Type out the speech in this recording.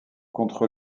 contre